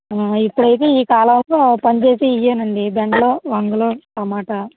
ఇప్పుడైతే ఈ కాలంలో పండేవి ఇవ్వేనండి బెండలు వంగలు టమాటా